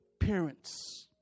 parents